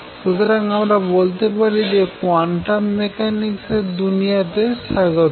শুধুমাত্র আমরা বলতে পারি যে কোয়ান্টাম মেকানিক্স এর দুনিয়াতে স্বাগতম